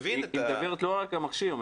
היא מדברת לא רק על המכשיר.